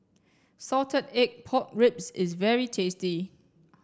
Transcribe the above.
salted egg pork ribs is very tasty